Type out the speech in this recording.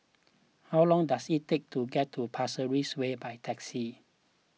how long does it take to get to Pasir Ris Way by taxi